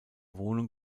wohnung